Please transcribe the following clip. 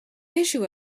issue